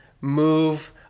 move